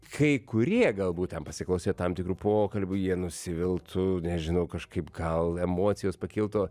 kai kurie galbūt ten pasiklausę tam tikrų pokalbių jie nusiviltų nežinau kažkaip gal emocijos pakiltų